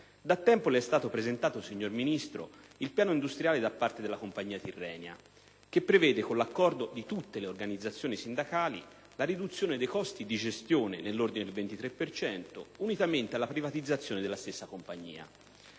Da tempo le è stato presentato, signor Ministro, il piano industriale da parte della compagnia Tirrenia che prevede, con l'accordo di tutte le organizzazioni sindacali, la riduzione dei costi di gestione, nell'ordine del 23 per cento, unitamente alla privatizzazione della stessa compagnia.